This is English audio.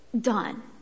done